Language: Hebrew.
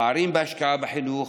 בפערים בהשקעה בחינוך,